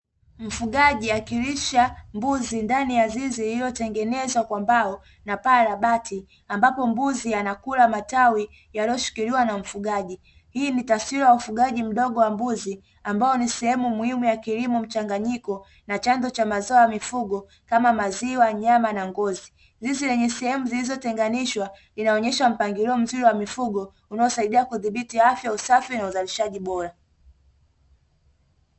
Mfugaji akilisha mbuzi ndani ya zizi lililotengenezwa kwa mbao na paa la bati, ambapo mbuzi anakula matawi yaliyoshikiliwa na mfugaji. Hii ni taswira ya ufugaji wa mdogo wa mbuzi ambao ni sehemu muhimu ya kilimo mchanganyiko na chanzo cha mazao ya mifugo kama maziwa, nyama na ngozi. Zizi lenye sehemu zilizotenganishwa inaonesha mpangilio mzuri wa mifugo unaosaidia kudhibiti afya, usafi na uzalishaji bora.